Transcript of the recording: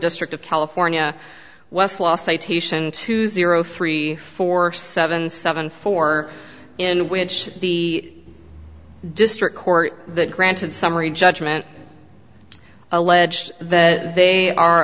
district of california westlaw citation two zero three four seven seven four in which the district court granted summary judgment alleged that they are